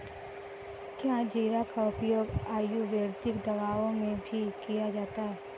क्या जीरा का उपयोग आयुर्वेदिक दवाओं में भी किया जाता है?